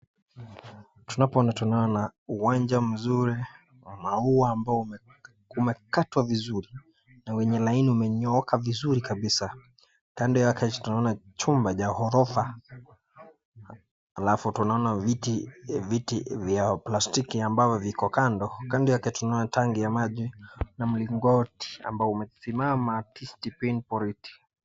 Tunapoona, tunaona uwanja mzuri wa maua ambao umekatwa vizuri na wenye laini umenyooka vizuri kabisa. Kando yake tunaona chumba ya ghorofa alafu tunaona viti vya plastiki ambavyo viko kando. Kando yake tunaona tangi ya maji na mlingoti ambao umesimama.